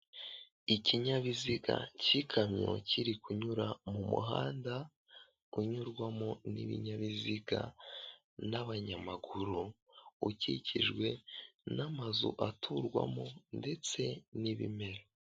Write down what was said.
Ikinyabiziga cy'ikamyo kiri kunyura mu muhanda unyurwamo n'ibinyabiziga n'abanyamaguru, ukikijwe n'amazu aturwamo ndetse n'ibimera.